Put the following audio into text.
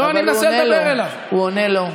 הוא עונה לו, הוא עונה לו.